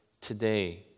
today